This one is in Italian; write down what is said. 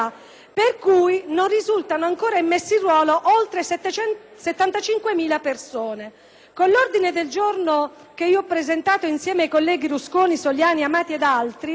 per cui risultano non ancora immesse in ruolo oltre 75.000 persone. Con l'ordine del giorno, che ho presentato insieme ai colleghi Rusconi, Soliani, Amati ed altri,